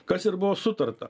kas ir buvo sutarta